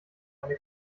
eine